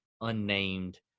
unnamed